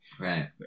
Right